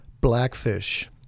Blackfish